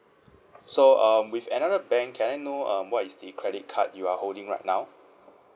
so um with another bank can I know um what is the credit card you are holding right now